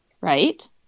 Right